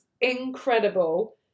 incredible